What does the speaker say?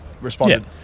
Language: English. responded